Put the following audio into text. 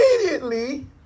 immediately